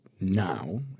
now